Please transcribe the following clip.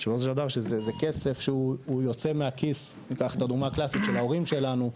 כי בסופו של דבר זה עוד כסף שיוצא מהכיס של ההורים שלנו,